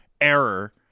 error